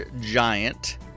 giant